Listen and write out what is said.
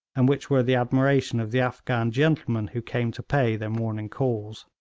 and which were the admiration of the afghan gentlemen who came to pay their morning calls.